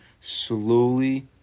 slowly